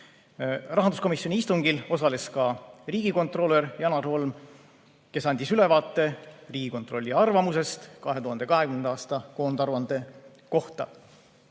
Rahanduskomisjoni istungil osales ka riigikontrolör Janar Holm, kes andis ülevaate Riigikontrolli arvamusest 2020. aasta koondaruande kohta.